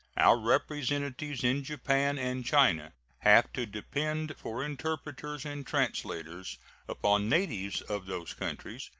our representatives in japan and china have to depend for interpreters and translators upon natives of those countries,